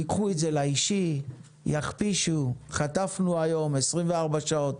ייקחו את זה לאישי, יכפישו, חטפנו היום 24 שעות